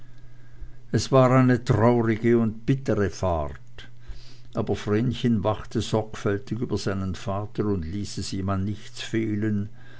es war eine traurige und bittere fahrt aber vrenchen wachte sorgfältig über seinen vater und ließ es ihm an nichts fehlen